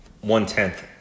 one-tenth